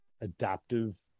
adaptive